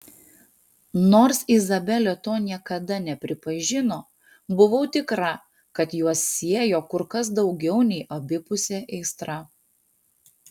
nors izabelė to niekada nepripažino buvau tikra kad juos siejo kur kas daugiau nei abipusė aistra